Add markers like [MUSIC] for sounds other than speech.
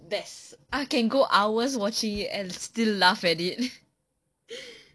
best I can go hours watching and still laugh at it [LAUGHS]